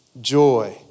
joy